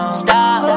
stop